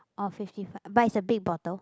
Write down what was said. orh fifty fi~ but it's a big bottle